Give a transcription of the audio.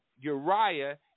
Uriah